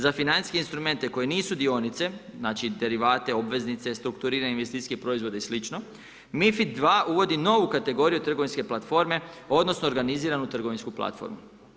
Za financijske instrumente koje nisu dionice, znači derivate, obveznice, strukturirane investicijske proizvode i slično MiFID II uvodi novu kategoriju trgovinske platforme odnosno organiziranu trgovinsku platformu.